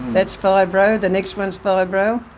that's fibro, the next one is fibro,